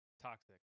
toxic